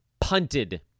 punted